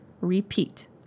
repeat